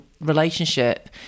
relationship